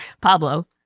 Pablo